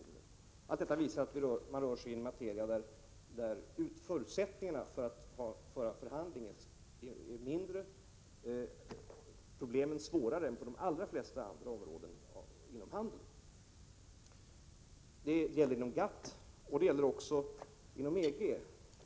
Allt detta visar att man rör sig i en materia där förutsättningarna för att föra förhandlingar är mindre och där problemen är svårare än på de allra flesta områden inom handeln. Detta gäller GATT, och det gäller också inom EG.